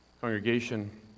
Congregation